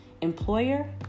employer